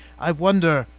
i wonder